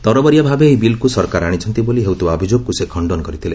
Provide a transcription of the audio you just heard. ତରବରିଆ ଭାବେ ଏହି ବିଲ୍କୃ ସରକାର ଆଶିଛନ୍ତି ବୋଲି ହେଉଥିବା ଅଭିଯୋଗକୁ ସେ ଖଣ୍ଡନ କରିଥିଲେ